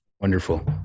Wonderful